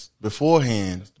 beforehand